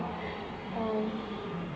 um